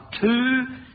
two